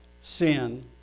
sin